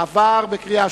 נתקבל.